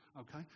okay